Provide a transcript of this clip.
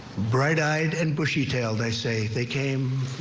bright eyed and bushy tailed, they say they came.